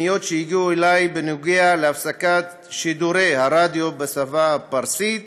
בפניות שהגיעו אלי בנושא הפסקת שידורי הרדיו בשפה הפרסית,